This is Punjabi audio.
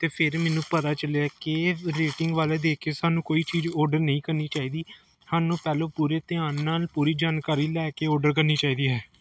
ਅਤੇ ਫਿਰ ਮੈਨੂੰ ਪਤਾ ਚੱਲਿਆ ਕਿ ਰੇਟਿੰਗ ਵੱਲ ਦੇਖ ਕੇ ਸਾਨੂੰ ਕੋਈ ਚੀਜ਼ ਔਡਰ ਨਹੀਂ ਕਰਨੀ ਚਾਹੀਦੀ ਸਾਨੂੰ ਪਹਿਲਾਂ ਪੂਰੇ ਧਿਆਨ ਨਾਲ ਪੂਰੀ ਜਾਣਕਾਰੀ ਲੈ ਕੇ ਔਡਰ ਕਰਨੀ ਚਾਹੀਦੀ ਹੈ